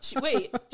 Wait